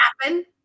happen